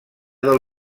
del